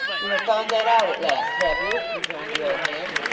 you have found that out at last, have you rejoined the old man.